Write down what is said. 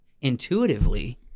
intuitively